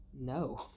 no